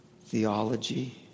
theology